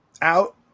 out